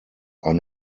are